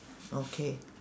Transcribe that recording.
okay